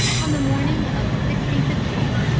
on the morning of the sixteenth of june,